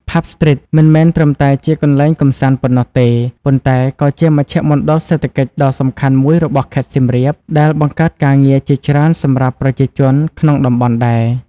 Pub Street មិនមែនត្រឹមតែជាកន្លែងកម្សាន្តប៉ុណ្ណោះទេ ប៉ុន្តែក៏ជាមជ្ឈមណ្ឌលសេដ្ឋកិច្ចដ៏សំខាន់មួយរបស់ខេត្តសៀមរាប ដែលបង្កើតការងារជាច្រើនសម្រាប់ប្រជាជនក្នុងតំបន់ដែរ។